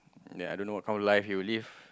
ya I don't know what kind of life he will live